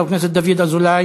חבר הכנסת דוד אזולאי,